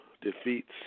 defeats